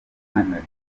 demokarasi